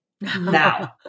now